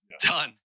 Done